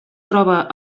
troba